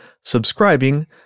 subscribing